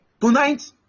tonight